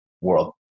world